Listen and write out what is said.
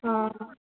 অঁ